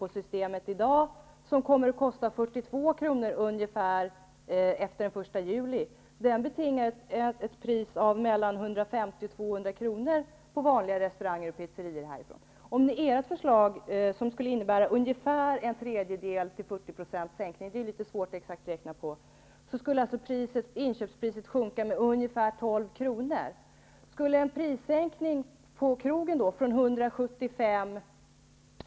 på systemet i dag, och som kommer att kosta ungefär 42 kr. efter den 1 juli, betingar ett pris på Med Ny demokratis förslag, som skulle innebära en sänkning med mellan en tredjedel och 40 %-- det är svårt att räkna ut exakt -- skulle inköpspriset minska med ungefär 12 kr. Skulle en prissänkning på en flaska vin på krogen från 175 kr.